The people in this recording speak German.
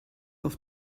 auf